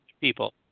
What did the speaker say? people